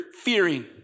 fearing